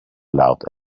loud